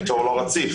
הניטור הוא לא רציף,